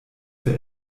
für